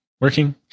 working